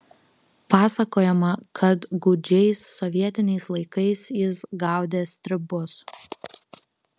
pasakojama kad gūdžiais sovietiniais laikais jis gaudė stribus